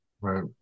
right